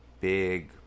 big